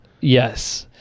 yes